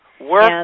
Work